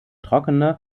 trockene